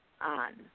on